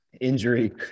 injury